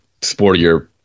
sportier